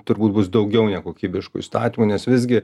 turbūt bus daugiau nekokybiškų įstatymų nes visgi